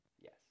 Yes